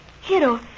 Hero